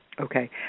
Okay